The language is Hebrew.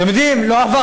אתם יודעים, לא עבר